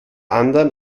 anderen